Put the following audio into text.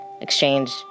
exchange